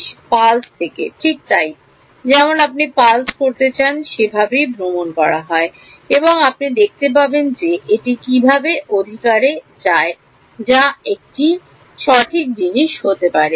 Pulse থেকে ঠিক তাই যেমন আপনি পালস করতে চান সেভাবেই ভ্রমণ করা হয় এবং আপনি দেখতে পাবেন যে এটি কীভাবে অধিকারে যায় যা এক জিনিস সঠিক হতে পারে